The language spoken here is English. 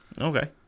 Okay